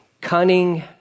cunning